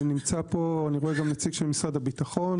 נמצא פה גם נציג של משרד הביטחון.